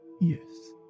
Yes